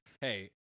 Hey